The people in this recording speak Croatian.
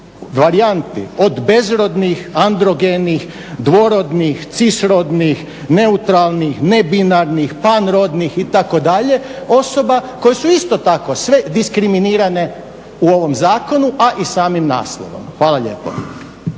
varijanti od bezrodnih, androgenih, dvorodnih, cisrodnih, neutralnih, nebinarnih, panrodnih itd. osoba koje su isto tako sve diskriminirane u ovome zakonu, a i samim naslovom. Hvala lijepo.